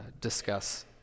discuss